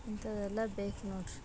ಇಂಥದೆಲ್ಲ ಬೇಕು ನೋಡ್ರಿ